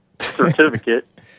certificate